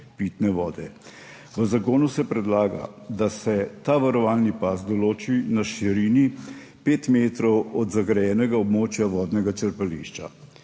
vodnega črpališča.